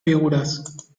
figuras